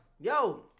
yo